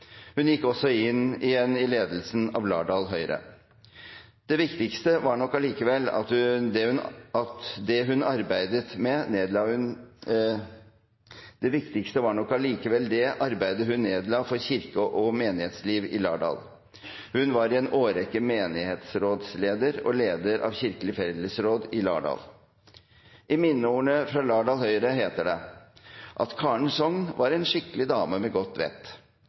hun nestleder i Voksenopplæringsrådet, styremedlem i Norges landbruksvitenskapelige forskningsråd og nestleder i fylkeslandbruksstyret i Vestfold. Hun gikk også inn igjen i ledelsen av Lardal Høyre. Det viktigste var nok allikevel det arbeidet hun nedla for kirke og menighetsliv i Lardal. Hun var i en årrekke menighetsrådsleder og leder av Kirkelig fellesråd i Lardal. I minneordene fra Lardal Høyre heter det at «Karen Sogn var en skikkelig dame, med godt vett».